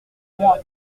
moi